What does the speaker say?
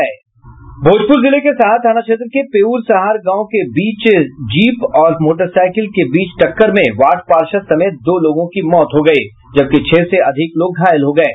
भोजपुर जिले के सहार थाना क्षेत्र के पेउर सहार गांव के बीच जीप और मोटरसाईकिल के बीच टक्कर में वार्ड पार्षद समेत दो लोगों की मौत हो गयी जबकि छह से अधिक लोग घायल हो गये